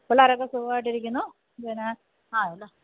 പിള്ളേരൊക്കെ സുഖവായിട്ടിരിക്കുന്നു പിന്നെ ആ എന്താ